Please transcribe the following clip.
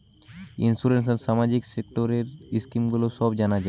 insurance আর সামাজিক সেক্টরের স্কিম গুলো সব জানা যায়